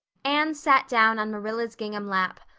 anne sat down on marilla's gingham lap,